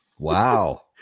Wow